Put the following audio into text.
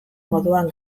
moduan